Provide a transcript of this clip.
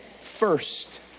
first